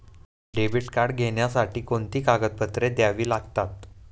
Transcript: Debit card घेण्यासाठी कोणती कागदपत्रे द्यावी लागतात?